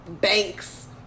banks